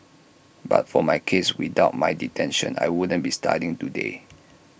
but for my case without my detention I wouldn't be studying today